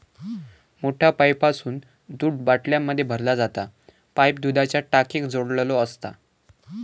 मोठ्या पाईपासून दूध बाटल्यांमध्ये भरला जाता पाईप दुधाच्या टाकीक जोडलेलो असता